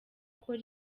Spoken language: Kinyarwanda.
akora